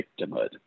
victimhood